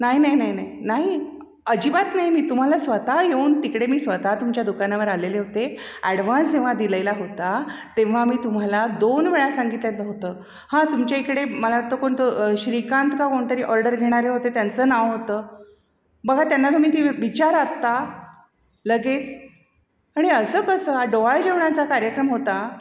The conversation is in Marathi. नाय नाई नाई नाई नाई अजिबात नाई मी तुम्हाला स्वता येऊन तिकडे मी स्वतः तुमच्या दुकानावर आलेले होते ॲडवान्स जेव्हा दिलेला होता तेव्हा मी तुम्हाला दोन वेळा सांगितलेलं होतं हां तुमच्या इकडे मला वाटतं कोणतं श्रीकांत का कोणतरी ऑर्डर घेणारे होते त्यांचं नाव होतं बघा त्यांना तुम्ही ती विचारात लगेच आणि असं कसं डोळ जेवणाचा कार्यक्रम होता